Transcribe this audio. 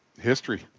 History